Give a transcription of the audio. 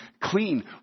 clean